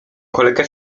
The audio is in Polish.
kolega